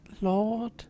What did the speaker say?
lord